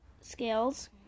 scales